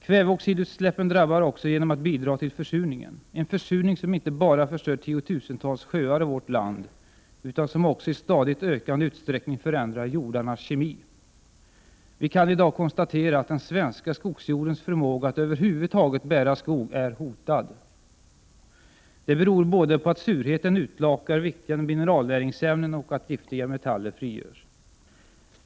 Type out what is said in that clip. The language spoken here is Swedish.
Kväveoxidutsläppen drabbar också genom att bidra till försurningen, en försurning som inte bara förstör tiotusentals sjöar i vårt land utan som också i stadigt ökande utsträckning förändrar jordarnas kemi. Vi kan i dag konstatera att den svenska skogsjordens förmåga att över huvud taget bära skog är hotad. Det beror både på att surheten utlakar viktiga mineralnäringsämnen och på att giftiga metaller frigörs.